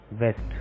West